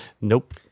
Nope